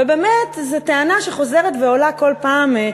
ובאמת זו טענה שחוזרת ועולה כל פעם,